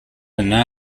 yna